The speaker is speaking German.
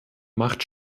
macht